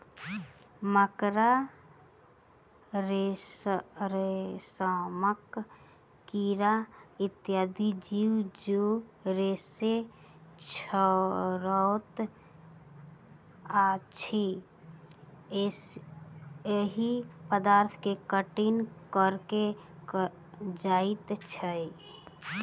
मकड़ा, रेशमक कीड़ा इत्यादि जीव जे रेशा छोड़ैत अछि, ओहि पदार्थ के काइटिन कहल जाइत अछि